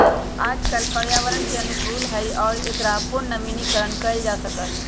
कागज पर्यावरण के अनुकूल हई और एकरा पुनर्नवीनीकरण कइल जा सका हई